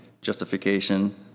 justification